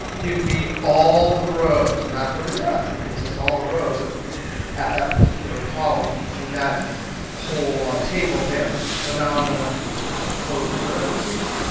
give me all the rows. and that's what it does, it gives us all the rows at at that particular column in that whole table there. so now i'm going to close parenthesis,